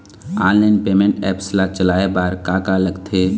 Online payment apps ला चलाए बार का का लगथे?